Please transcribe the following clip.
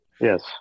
Yes